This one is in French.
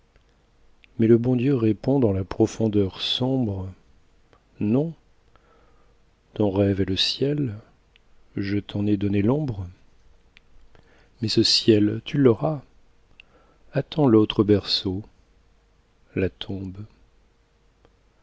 mais le bon dieu répond dans la profondeur sombre non ton rêve est le ciel je t'en ai donné l'ombre mais ce ciel tu l'auras attends l'autre berceau la tombe